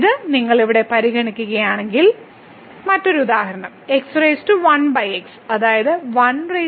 ഇത് നിങ്ങൾ ഇവിടെ പരിഗണിക്കുകയാണെങ്കിൽ മറ്റൊരു ഉദാഹരണം അതായത് 1∞